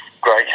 great